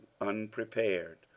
unprepared